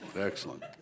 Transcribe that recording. Excellent